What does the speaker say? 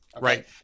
right